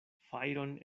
fajron